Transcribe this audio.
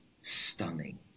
stunning